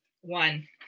One